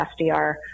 SDR